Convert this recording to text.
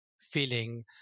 feeling